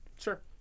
Sure